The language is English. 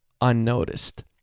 unnoticed